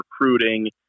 recruiting